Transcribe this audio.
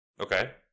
Okay